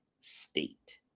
state